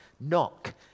Knock